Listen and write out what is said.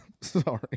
sorry